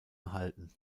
erhalten